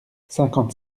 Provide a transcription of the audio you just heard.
cinquante